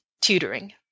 tutoring